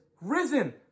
risen